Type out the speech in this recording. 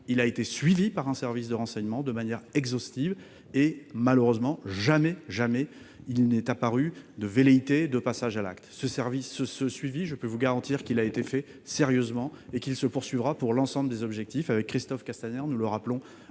et suivi par un service de renseignement de manière exhaustive, mais, malheureusement, jamais il n'est apparu de velléité de passage à l'acte. Je peux vous garantir que ce suivi a été fait sérieusement, et qu'il se poursuivra pour l'ensemble des objectifs. Christophe Castaner et moi-même le rappelons